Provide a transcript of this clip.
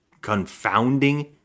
confounding